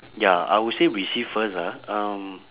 ya I will say receive first ah um